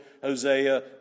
Hosea